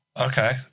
Okay